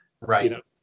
Right